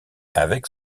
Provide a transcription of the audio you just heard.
avec